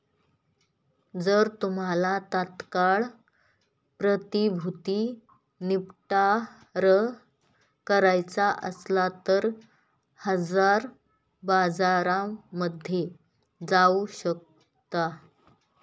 जर तुम्हाला तात्काळ प्रतिभूती निपटारा करायचा असेल तर हजर बाजारामध्ये जाऊ शकता